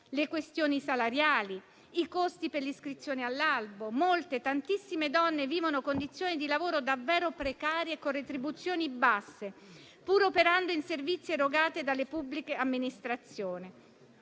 del lavoro, i salari, i costi per l'iscrizione all'albo. Molte, tantissime donne vivono condizioni di lavoro davvero precarie e con retribuzioni basse, pur operando in servizi erogati dalle pubbliche amministrazioni.